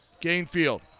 Gainfield